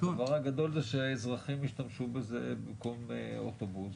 הדבר הגדול הוא שהאזרחים ישתמשו בזה במקום אוטובוס,